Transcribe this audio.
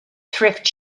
thrift